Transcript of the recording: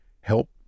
Help